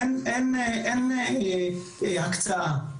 אין הקצאה.